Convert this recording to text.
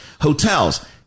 Hotels